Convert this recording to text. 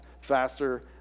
faster